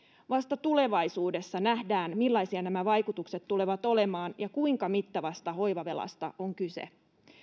vasta tulevaisuudessa nähdään millaisia nämä vaikutukset tulevat olemaan ja kuinka mittavasta hoivavelasta on kyse